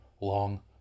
Long